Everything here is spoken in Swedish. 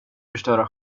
förstöra